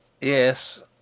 Yes